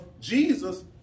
Jesus